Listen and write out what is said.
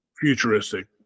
futuristic